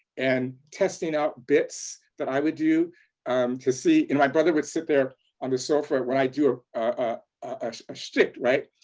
and testing out bits that i would do to see and my brother would sit there on the sofa when i do a ah ah schtick, right?